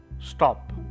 stop